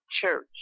Church